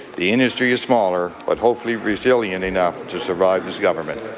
the industry is smaller, but hopefully resilient enough to survive this government.